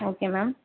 okay ma'am